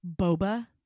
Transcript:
Boba